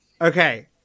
Okay